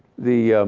the